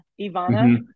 ivana